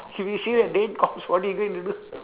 if he see the dead corpse what he going to do